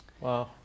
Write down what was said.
Wow